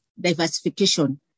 diversification